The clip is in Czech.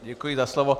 Děkuji za slovo.